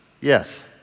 Yes